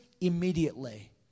immediately